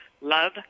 Love